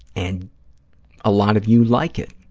and a lot of you like it,